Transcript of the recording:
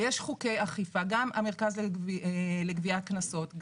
ויש חוקי אכיפה גם המרכז לגביית קנסות,